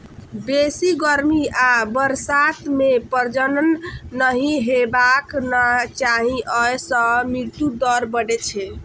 बेसी गर्मी आ बरसात मे प्रजनन नहि हेबाक चाही, अय सं मृत्यु दर बढ़ै छै